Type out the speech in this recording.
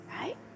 Right